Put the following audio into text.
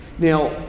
Now